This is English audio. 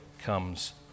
comes